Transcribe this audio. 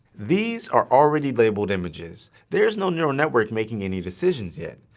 these are already labeled images. there's no neural network making any decisions yet,